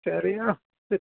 ശരി ആ ശരി